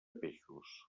peixos